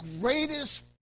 greatest